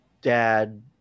dad